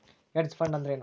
Hedge fund ಅಂದ್ರೇನು?